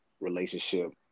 relationship